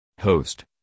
Host